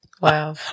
Wow